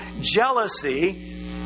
jealousy